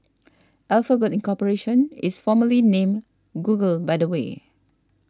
Alphabet Incorporation is formerly named Google by the way